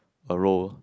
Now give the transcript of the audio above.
a roll